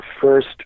first